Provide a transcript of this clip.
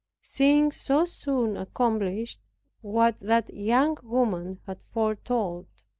seeing so soon accomplished what that young woman had foretold